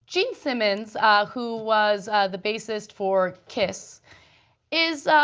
gene simmons who was the bassist for kiss is